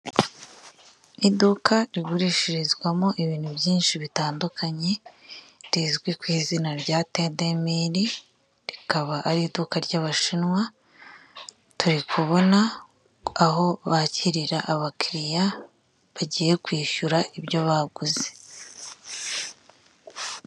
Iduka rigurishirizwamo ibintu byinshi bitandukanye rizwi ku izina rya tedemiri, rikaba ari iduka ry'abashinwa, turi kubona aho bakirira abakiriya bagiye kwishyura ibyo baguze.